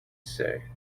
say